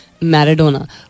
Maradona